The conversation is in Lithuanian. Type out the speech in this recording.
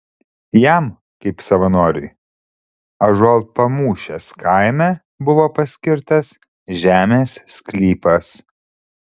jam kaip savanoriui ąžuolpamūšės kaime buvo paskirtas žemės sklypas